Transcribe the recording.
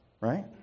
Right